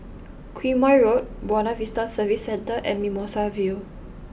Quemoy Road Buona Vista Service Centre and Mimosa View